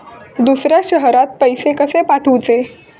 दुसऱ्या शहरात पैसे कसे पाठवूचे?